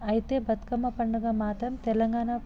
అయితే బతుకమ్మ పండుగ మాత్రం తెలంగాణ